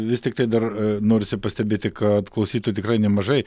vis tiktai dar norisi pastebėti kad klausytojų tikrai nemažai